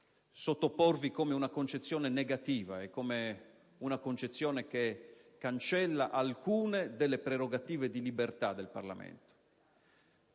sottoporvi come una concezione negativa e che cancella alcune delle prerogative di libertà del Parlamento.